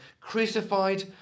Crucified